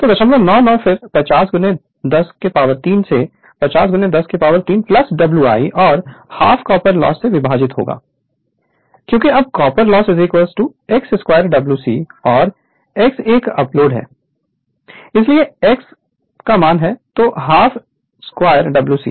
Refer Slide Time 0238 तो 099 फिर 50X 103 से 50X 103 W i और हाफ कॉपर लॉस से विभाजित होगा क्योंकि अब कॉपर लॉस x2 Wc और x एक अपलोड है इसलिए x हा तो half 2 Wc